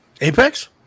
Apex